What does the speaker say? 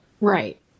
Right